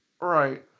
Right